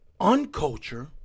unculture